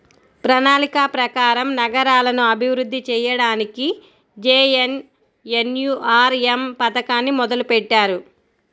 ప్రణాళిక ప్రకారం నగరాలను అభివృద్ధి చెయ్యడానికి జేఎన్ఎన్యూఆర్ఎమ్ పథకాన్ని మొదలుబెట్టారు